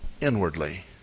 inwardly